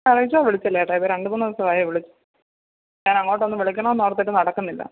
വിളിച്ചില്ല ചേട്ടാ ഇന്ന് രണ്ടുമൂന്ന് ദീസായേ വിളി ഞാനങ്ങോട്ടൊന്ന് വിളിക്കണോന്നോർത്തിട്ട് നടക്കുന്നില്ല